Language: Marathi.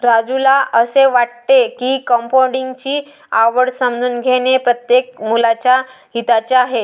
राजूला असे वाटते की कंपाऊंडिंग ची आवड समजून घेणे प्रत्येक मुलाच्या हिताचे आहे